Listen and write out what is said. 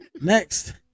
Next